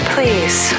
Please